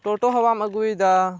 ᱴᱳᱴᱳ ᱦᱚᱸ ᱵᱟᱢ ᱟᱜᱩᱭᱮᱫᱟ